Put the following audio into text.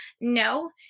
No